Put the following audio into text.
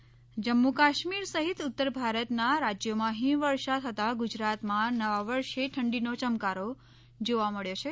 હવામાન જમ્મુ કાશ્મીર સહિત ઉત્તર ભારતના રાજયોમાં હિમવર્ષા થતાં ગુજરાતમાં નવા વર્ષે ઠંડીનો યમકારો જોવા મબ્યો છે